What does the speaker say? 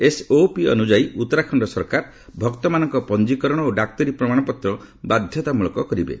SOP ଅନୁଯାୟୀ ଉତ୍ତରାଖଣ୍ଡ ସରକାର ଭକ୍ତମାନଙ୍କ ପଞ୍ଜିକରଣ ଓ ଡାକ୍ତରୀ ପ୍ରମାଣପତ୍ର ବାଧ୍ୟତାମୂଳକ କରିବେ